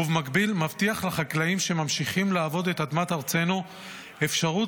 ובמקביל מבטיח לחקלאים שממשיכים לעבוד את אדמת ארצנו אפשרות